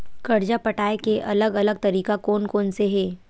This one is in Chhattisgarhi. कर्जा पटाये के अलग अलग तरीका कोन कोन से हे?